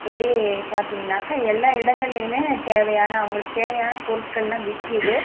எப்படி பார்த்தீங்கனாக்கா எல்லா இடங்கள்லேயுமே தேவையான அவங்களுக்கு தேவையான பொருட்களெலாம் விற்கிது